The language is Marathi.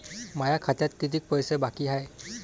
माया खात्यात कितीक पैसे बाकी हाय?